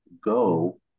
go